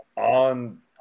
On